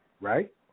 right